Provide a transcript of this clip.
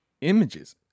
images